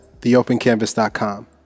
theopencanvas.com